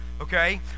Okay